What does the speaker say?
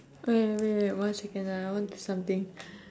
okay wait wait one second ah I want do something